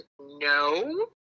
no